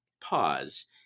pause